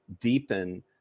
deepen